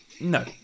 No